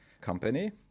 company